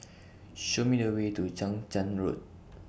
Show Me The Way to Chang Charn Road